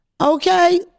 okay